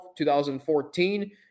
2014